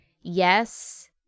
Yes